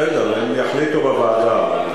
בסדר, הם יחליטו בוועדה.